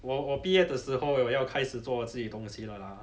我我毕业的时候我要开始做自己的东西了啦